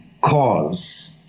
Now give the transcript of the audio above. cause